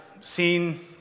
seen